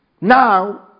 now